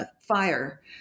Fire